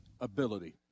ability